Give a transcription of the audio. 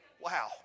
wow